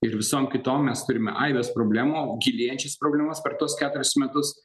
ir visom kitom mes turime aibes problemų gilėjančias problemas per tuos keturis metus